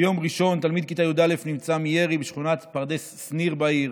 ביום ראשון תלמיד כיתה י"א נפצע מירי בשכונת פרדס שניר בעיר.